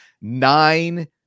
nine